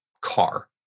car